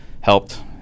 helped